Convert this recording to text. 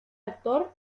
actor